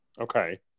Okay